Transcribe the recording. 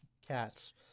cats